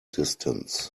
distance